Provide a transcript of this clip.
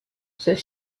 ceux